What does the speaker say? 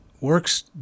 works